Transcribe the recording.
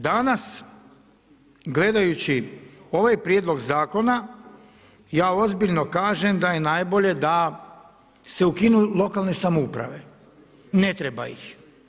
Danas gledajući ovaj Prijedlog zakona ja ozbiljno kažem da je najbolje da se ukinu lokalne samouprave, ne treba ih.